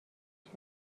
چرا